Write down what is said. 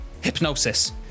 hypnosis